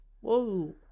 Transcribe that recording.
Whoa